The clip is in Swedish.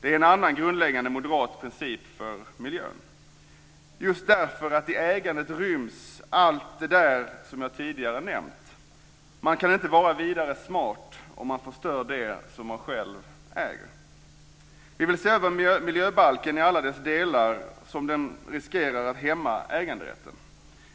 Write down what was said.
Det är en annan grundläggande moderat princip för miljön, just därför att i ägandet ryms allt det som jag tidigare har nämnt. Man kan inte vara vidare smart om man förstör det man själv äger. Vi vill se över miljöbalken i alla de delar där den riskerar att hämma äganderätten.